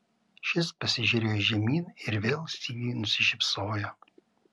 šis pasižiūrėjo žemyn ir vėl sigiui nusišypsojo